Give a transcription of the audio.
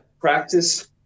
Practice